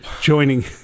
joining